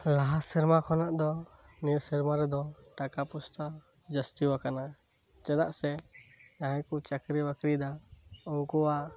ᱞᱟᱦᱟ ᱥᱮᱨᱢᱟ ᱠᱷᱚᱱᱟᱜ ᱫᱚ ᱱᱤᱭᱟᱹ ᱥᱮᱨᱢᱟ ᱨᱮᱫᱚ ᱴᱟᱠᱟ ᱯᱚᱭᱥᱟ ᱡᱟᱥᱛᱤᱣᱟᱠᱟᱱᱟ ᱪᱮᱫᱟᱜ ᱥᱮ ᱡᱟᱦᱟᱭ ᱠᱚ ᱪᱟᱠᱨᱤ ᱵᱟᱠᱨᱤᱭᱮᱫᱟ ᱩᱱᱠᱩᱣᱟᱜ